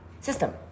system